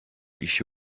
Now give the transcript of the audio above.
işi